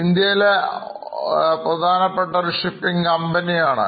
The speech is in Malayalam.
ഇന്ത്യയിലെ പ്രധാനപ്പെട്ട ഒരു ഷിപ്പിംഗ് കമ്പനി ആണ്